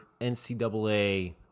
NCAA